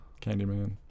Candyman